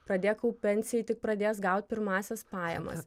pradėk kaupt pensijai tik pradėjęs gaut pirmąsias pajamas